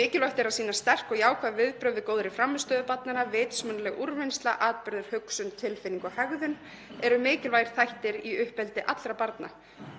Mikilvægt er að sýna sterk, jákvæð viðbrögð við góðri frammistöðu barnanna. Vitsmunaleg úrvinnsla, atburður, hugsun, tilfinning og hegðun eru mikilvægir þættir í uppeldi allra barna.